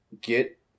get